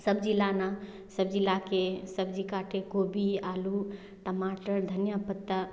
सब्ज़ी लाना सब्ज़ी लाकर सब्ज़ी काटे गोभी आलू टमाटर धनिया पत्ता